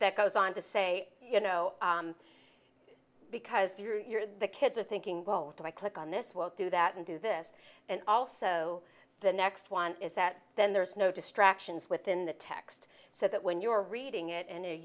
that goes on to say you know because you're the kids are thinking both i click on this will do that and do this and also the next one is that then there's no distractions within the text so that when you're reading it and